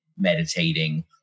meditating